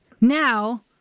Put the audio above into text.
Now